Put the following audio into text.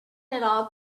all